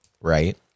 Right